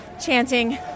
chanting